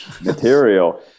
Material